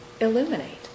illuminate